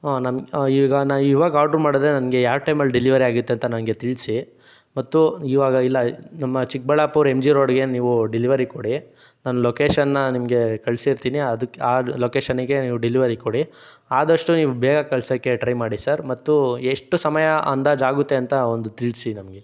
ಹಾಂ ನಾನು ಈಗ ನಾನು ಈವಾಗ ಆರ್ಡರ್ ಮಾಡಿದೆ ನನಗೆ ಯಾವ ಟೈಮಲ್ಲಿ ಡಿಲ್ವರಿಯಾಗತ್ತೆ ಅಂತ ನನಗೆ ತಿಳಿಸಿ ಮತ್ತು ಈವಾಗ ಇಲ್ಲ ನಮ್ಮ ಚಿಕ್ಕಬಳ್ಳಾಪುರ ಎಂ ಜಿ ರೋಡ್ಗೆ ನೀವು ಡಿಲ್ವರಿ ಕೊಡಿ ನಾನು ಲೊಕೇಶನನ್ನ ನಿಮಗೆ ಕಳಿಸಿರ್ತೀನಿ ಅದಕ್ಕೆ ಆ ಲೊಕೇಶನ್ನಿಗೆ ನೀವು ಡಿಲ್ವರಿ ಕೊಡಿ ಆದಷ್ಟು ನೀವು ಬೇಗ ಕಳ್ಸೋಕ್ಕೆ ಟ್ರೈ ಮಾಡಿ ಸರ್ ಮತ್ತು ಎಷ್ಟು ಸಮಯ ಅಂದಾಜಾಗುತ್ತೆ ಅಂತ ಒಂದು ತಿಳಿಸಿ ನಮಗೆ